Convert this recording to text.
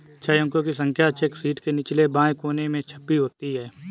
छह अंकों की संख्या चेक शीट के निचले बाएं कोने में छपी होती है